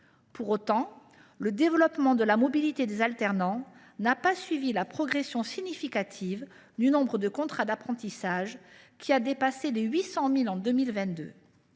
Pour autant, le développement de la mobilité des alternants n’a pas suivi la progression significative du nombre de contrats d’apprentissage, qui a dépassé le seuil de 800 000 en 2022.